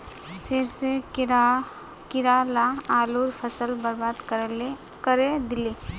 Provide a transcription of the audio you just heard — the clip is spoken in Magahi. फेर स कीरा ला आलूर फसल बर्बाद करे दिले